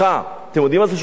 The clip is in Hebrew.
אתם יודעים מה זו שיטת השמיכה?